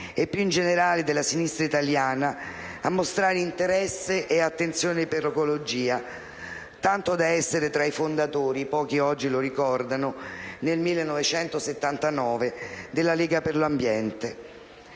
e più in generale della sinistra italiana, a mostrare interesse e attenzione per l'ecologia, tanto da essere tra i fondatori - pochi oggi lo ricordano - nel 1979 della Lega per l'ambiente.